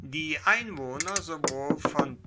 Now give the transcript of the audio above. die einwohner sowohl von